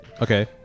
Okay